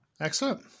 Excellent